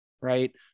right